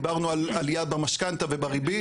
דיברנו על עלייה במשכנתא ובריבית,